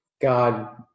God